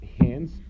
Hands